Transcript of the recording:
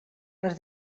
les